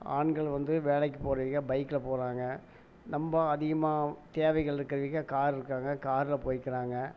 ஆண்கள் வந்து வேலைக்கு போகறதுக்கு பைக்கில் போகறாங்க நம்ப அதிகமாக தேவைகள் இருக்கவிங்க கார் இருக்கவங்க காரில் போய்க்கிறாங்க